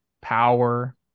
power